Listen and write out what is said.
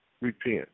repent